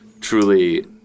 truly